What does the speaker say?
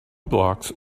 blocks